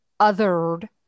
othered